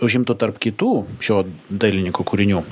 užimtų tarp kitų šio dailininko kūrinių